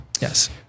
Yes